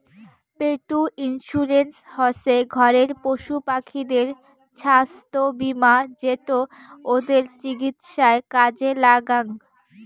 পেট insurance হসে ঘরের পশুপাখিদের ছাস্থ্য বীমা যেটো ওদের চিকিৎসায় কাজে লাগ্যাং